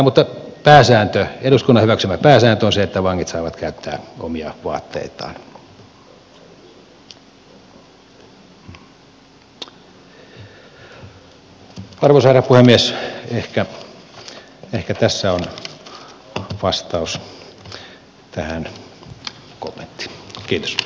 mutta eduskunnan hyväksymä pääsääntö on se että vangit saavat käyttää omia vaatteitaan